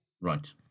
Right